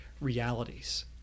realities